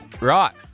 Right